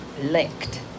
licked